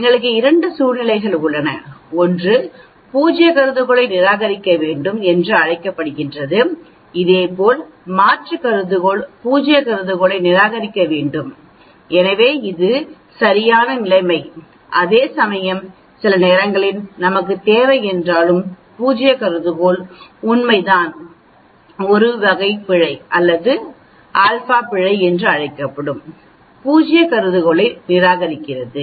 எங்களுக்கு 2 சூழ்நிலைகள் உள்ளன ஒன்று பூஜ்ய கருதுகோளை நிராகரிக்க வேண்டாம் என்று அழைக்கப்படுகிறது இதேபோல் மாற்று கருதுகோள் பூஜ்ய கருதுகோளை நிராகரிக்க வேண்டும் எனவே இது சரியான நிலைமை அதேசமயம் சில நேரங்களில் நமக்கு தேவை என்றாலும் பூஜ்ய கருதுகோள் உண்மைதான் 1 வகை பிழை அல்லது α பிழை என்று அழைக்கப்படும் பூஜ்ய கருதுகோளை நிராகரிக்கிறது